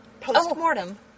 post-mortem